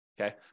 Okay